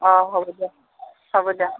অঁ হ'ব দিয়ক হ'ব দিয়ক